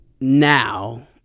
now